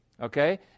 okay